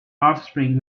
offspring